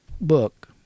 book